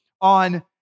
on